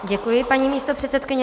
Děkuji, paní místopředsedkyně.